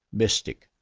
mystic.